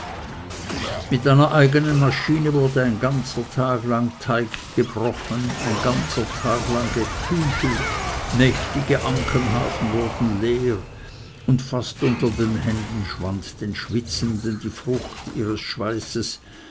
mit einer eigenen maschine wurde ein ganzer tag lang teig gebrochen ein ganzer tag lang geküchelt mächtige ankenhafen wurden leer und fast unter den händen schwand den schwitzenden die frucht ihres schweißes